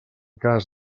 cas